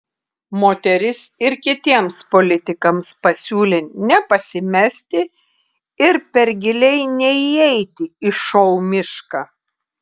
moteris ir kitiems politikams pasiūlė nepasimesti ir per giliai neįeiti į šou mišką